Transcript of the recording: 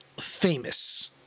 famous